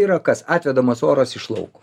yra kas atvedamas oras iš lauko